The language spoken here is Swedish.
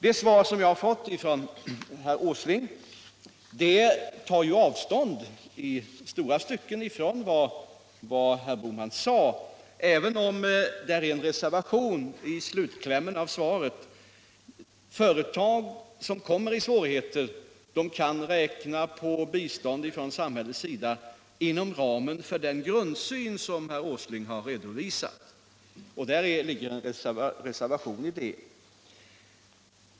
Det svar som jag har fått från herr Åsling tar ju i långa stycken avstånd från vad herr Bohman sade, även om det fanns en reservation i slutklämmen av svaret. Företag som kommer i svårigheter kan räkna med bistånd från samhället inom ramen för den grundsyn som herr Åsling har redovisat, och i de orden ligger en reservation.